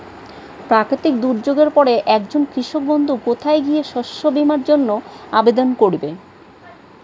প্রাকৃতিক দুর্যোগের পরে একজন কৃষক বন্ধু কোথায় গিয়ে শস্য বীমার জন্য আবেদন করবে?